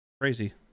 Crazy